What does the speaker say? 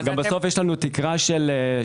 גם בסוף יש לנו תקרה של סכום.